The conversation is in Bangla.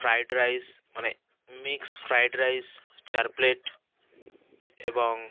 ফ্রায়েড রাইস মানে মিক্সড ফ্রায়েড রাইস চার প্লেট এবং